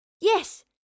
Yes